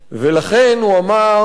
ולכן הוא אמר: